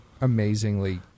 amazingly